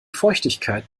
feuchtigkeit